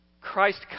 Christ